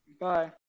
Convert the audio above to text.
Bye